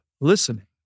listening